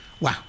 Wow